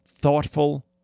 thoughtful